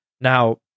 Now